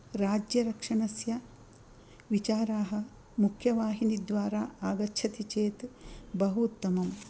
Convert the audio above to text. राज्यरक्षणस्य विचाराः मुख्यवाहिनीद्वारा आगच्छति चेत् बहूत्तमम्